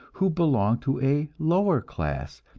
who belong to a lower class,